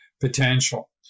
potential